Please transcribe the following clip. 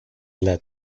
led